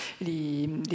les